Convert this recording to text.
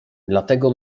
dlatego